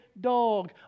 dog